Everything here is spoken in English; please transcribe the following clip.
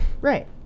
Right